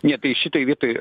ne tai šitoj vietoj